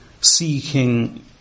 seeking